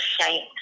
shame